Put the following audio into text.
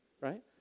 right